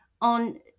on